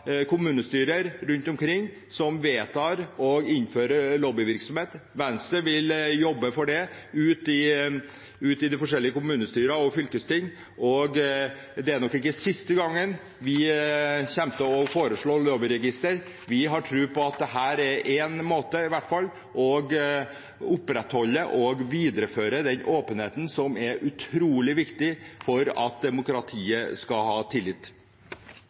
kommunestyrer rundt omkring som vedtar å innføre lobbyregister. Venstre vil jobbe for det ute i de forskjellige kommunestyrer og fylkesting, og dette er nok ikke siste gang vi kommer til å foreslå lobbyregister. Vi har tro på at dette i hvert fall er én måte å opprettholde og videreføre den åpenheten som er utrolig viktig for at demokratiet skal ha tillit,